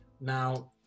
Now